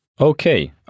Okay